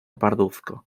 parduzco